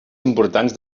importants